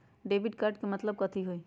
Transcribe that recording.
Debit card के मतलब कथी होई?